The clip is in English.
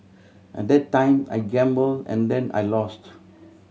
at that time I gambled and then I lost